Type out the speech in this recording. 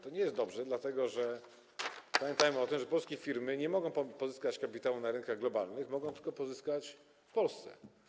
To nie jest dobrze, dlatego że pamiętajmy o tym, że polskie firmy nie mogą pozyskać kapitału na rynkach globalnych, mogą pozyskać tylko w Polsce.